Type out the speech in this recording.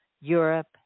Europe